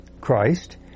Christ